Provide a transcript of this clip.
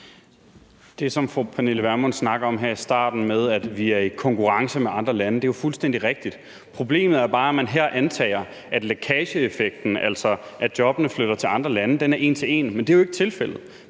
Det, som fru Pernille Vermund snakker om her i starten, med, at vi er i konkurrence med andre lande, er jo fuldstændig rigtigt. Problemet er bare, at man her antager, at lækageeffekten, altså at jobbene flytter til andre lande, er en til en, men det er jo ikke tilfældet.